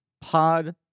Pod